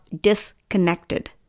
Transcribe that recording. disconnected